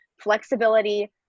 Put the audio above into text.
flexibility